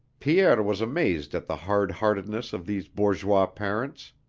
pierre was amazed at the hard heartedness of these bourgeois parents.